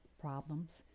problems